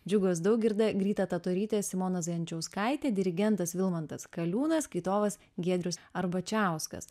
džiugas daugirda gryta tatorytė simona zajančiauskaitė dirigentas vilmantas kaliūnas skaitovas giedrius arbačiauskas